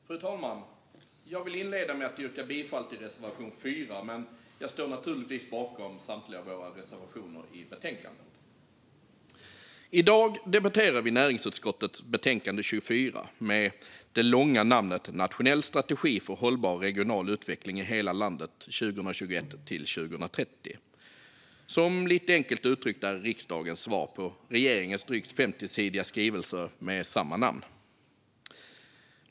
Fru talman! Jag vill inleda med att yrka bifall till reservation 4, men jag står naturligtvis bakom samtliga våra reservationer i betänkandet. I dag debatterar vi näringsutskottets betänkande 24 med det långa namnet Nationell strategi för hållbar regional utveckling i hela landet 2021 - 2030 . Detta är, lite enkelt uttryckt, riksdagens svar på regeringens drygt 50-sidiga skrivelse med samma namn.